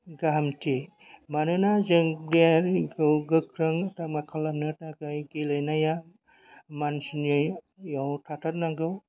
गाहामथि मानोना जों देहायारिखौ गोख्रों खालामनो थाखाय गेलेनाया मानसिनियाव थाथारनांगौ